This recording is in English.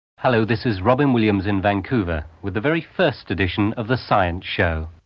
hello, this is robyn williams in vancouver with the very first edition of the science show.